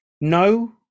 no